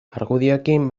argudioekin